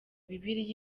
bibiliya